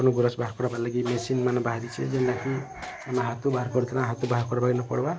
ଗୁରସ ବାହାର କରିବାର ଲାଗି ମେସିନ୍ମାନେ ବାହାରିଛି ଯେନ୍ତା କି ଆମର ହାତରୁ ବାହାର ହାତରୁ ବାହାର କରିବାକେ ପଡ଼ିବାର ପଡ଼୍ବା